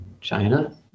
China